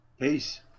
Peace